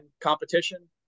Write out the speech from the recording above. competition